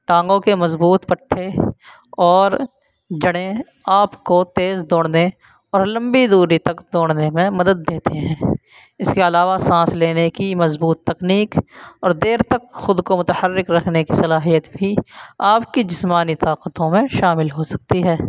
ٹانگوں کے مضبوط پٹھے اور جڑیں آپ کو تیز دوڑنے اور لمبی دوری تک دوڑنے میں مدد دیتے ہیں اس کے علاوہ سانس لینے کی مضبوط تکنیک اور دیر تک خود کو متحرک رکھنے کی صلاحیت بھی آپ کی جسمانی طاقتوں میں شامل ہو سکتی ہے